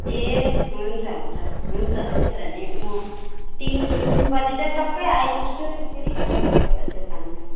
ए हुन्छ हुन्छ हुन्छ त्यसो भने म तिन बजे चाहिँ टक्कै आइपुग्छु नि तपाईँको दोकानमा